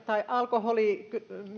tai alkoholin